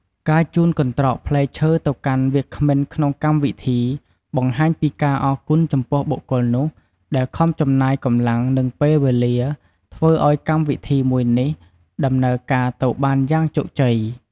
ការជូនកន្ត្រកផ្លែឈើទៅកាន់វាគ្មិនក្នុងកម្មវិធី បង្ហាញពីការអរគុណចំពោះបុគ្គលនោះ ដែលខំចំណាយកម្លាំង និងពេលវេលា ធ្វើឱ្យកម្មវិធីមួយនោះដំណើរការទៅបានយ៉ាងជោគជ័យ។